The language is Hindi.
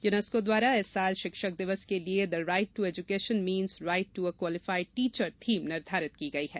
यूनेस्को द्वारा इस साल शिक्षक दिवस के लिए the right to education means right to a qualified teacher theme निर्धारित की गई है